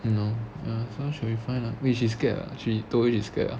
!hannor! ya so should be fine lah wait she scared ah she told you she scared ah